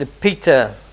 Peter